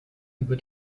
über